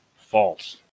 False